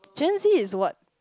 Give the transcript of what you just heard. Gen Z is what